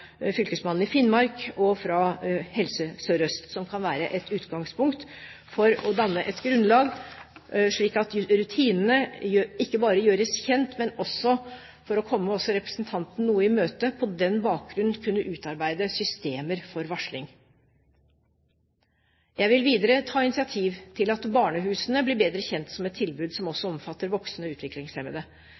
fylkesmannen i Finnmark og fra Helse Sør-Øst, som kan være et utgangspunkt for å danne et grunnlag, slik at rutinene ikke bare gjøres kjent, men også – for å komme representanten noe i møte – at det på den bakgrunn kan utarbeides systemer for varsling. Jeg vil videre ta initiativ til at barnehusene blir bedre kjent som et tilbud som også omfatter voksne utviklingshemmede.